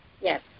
Yes